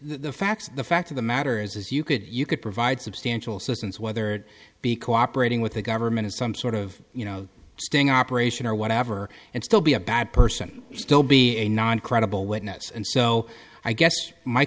the facts the fact of the matter is you could you could provide substantial assistance whether it be cooperating with the government some sort of you know sting operation or whatever and still be a bad person still be a non credible witness and so i guess my